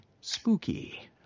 spooky